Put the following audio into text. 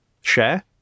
share